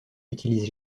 utilisent